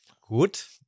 gut